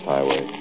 Highway